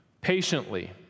patiently